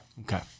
Okay